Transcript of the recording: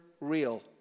real